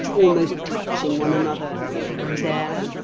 almost touching one another there,